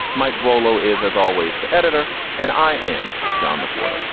mike volo is, as always, the editor and i am john mcclane.